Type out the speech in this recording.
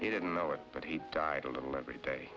he didn't know it but he died a little every day